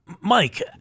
Mike